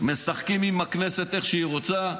משחקים עם הכנסת איך שהיא רוצה.